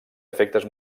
efectes